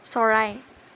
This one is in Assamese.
চৰাই